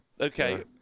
Okay